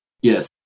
Yes